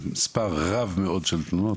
מספר רב מאוד של תלונות,